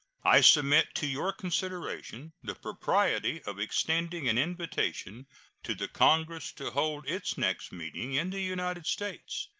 i submit to your consideration the propriety of extending an invitation to the congress to hold its next meeting in the united states.